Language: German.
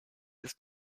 ist